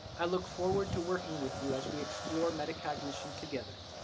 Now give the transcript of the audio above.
i look forward to working with you as we explore metacognition together.